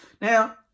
Now